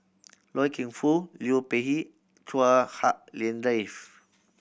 Loy Keng Foo Liu Peihe Chua Hak Lien Dave